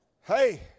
Hey